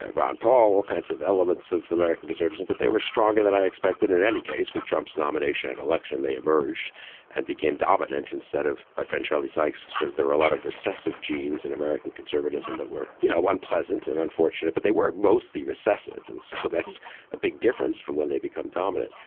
ah ron, paul, all kinds of elements of american conservative, but they were stronger than i expected. in any case, with trump's nomination and election, they emerged and became dominant instead of my friend. charlie sykes says there were a lot of recessive genes in american conservatism that were, you know, unpleasant and unfortunate, but they weren't mostly recessive. and so that's a big difference for when they become dominant.